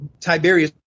Tiberius